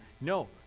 No